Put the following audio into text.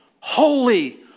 holy